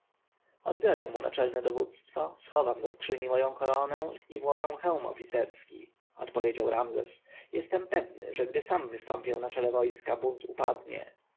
odbiorę mu naczelne dowództwo schowam do skrzyni moją koronę i włożę hełm oficerski odpowiedział ramzes jestem pewny że gdy sam wystąpię na czele wojska bunt upadnie